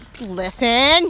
Listen